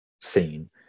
scene